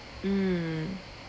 mm